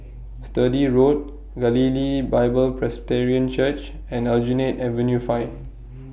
Sturdee Road Galilee Bible Presbyterian Church and Aljunied Avenue five